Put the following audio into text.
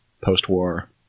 post-war